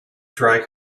dry